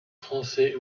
français